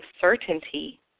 certainty